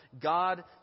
God